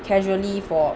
casually for